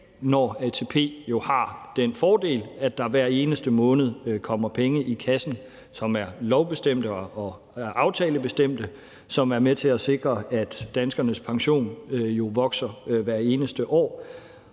når ATP jo har den fordel, at der hver eneste måned kommer penge i kassen, som er lovbestemte og aftalebestemte, og som er med til at sikre, at danskernes pension vokser hvert eneste år.